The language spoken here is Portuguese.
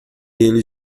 eles